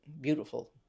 beautiful